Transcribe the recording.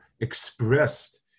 expressed